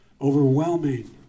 Overwhelming